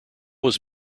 was